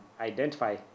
identify